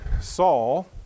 Saul